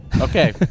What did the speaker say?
Okay